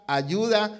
ayuda